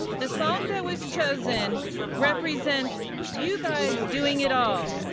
the song that was chosen represents you guys doing it all.